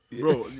bro